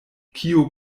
kiu